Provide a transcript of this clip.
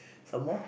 some more